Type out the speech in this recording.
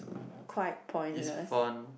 quite pointless